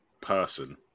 person